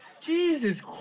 Jesus